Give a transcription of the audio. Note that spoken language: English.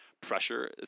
pressure